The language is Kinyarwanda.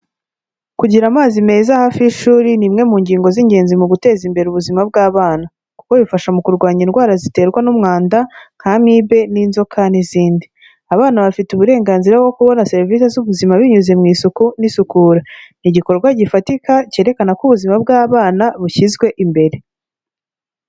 Kugira amazi meza hafi y'ishuri, ni imwe mu ngingo z'ingenzi mu guteza imbere ubuzima bw'abana kuko bifasha mu kurwanya indwara ziterwa n'umwanda nka amibe n'inzoka n'izindi. Abana bafite uburenganzira bwo kubona serivise z'ubuzima binyuze mu isuku n'isukura. Ni igikorwa gifatika, cyerekana ko ubuzima bw'abana bushyizwe imbere.